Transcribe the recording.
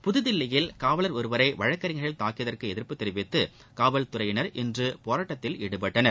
புததில்லியில் காவலர் ஒருவரை வழக்கிறஞர்கள் தாக்கியதற்கு எதிர்ப்பு தெரிவித்து காவல்தறையினர் இன்று போராட்டத்தில் ஈடுபட்டனர்